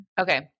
Okay